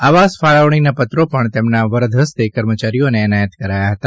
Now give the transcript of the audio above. આવાસ ફાળવણીના પત્રો પણ તેમના વરદહસ્તે કર્મચારીઓને એનાયત કરાયા હતા